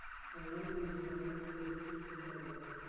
Online bill भुगतान में कोई अतिरिक्त शुल्क लगेगा?